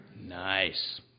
Nice